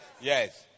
Yes